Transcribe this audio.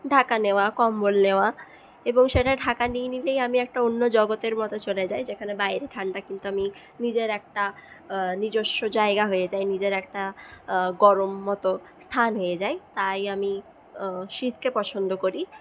ঢাকা নেওয়া কম্বল নেওয়া এবং সেটা ঢাকা নিয়ে নিলেই আমি একটা অন্য জগতের মধ্যে চলে যাই যেখানে বাইরে ঠান্ডা কিন্তু আমি নিজের একটা নিজস্ব জায়গা হয়ে যায় নিজের একটা গরম মতো স্থান হয়ে যায় তাই আমি শীতকে পছন্দ করি